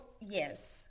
yes